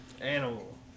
animal